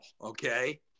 Okay